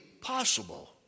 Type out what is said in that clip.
possible